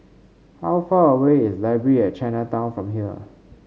how far away is Library at Chinatown from here